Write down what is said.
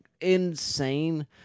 insane